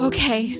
Okay